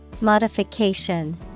Modification